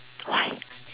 why